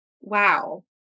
Wow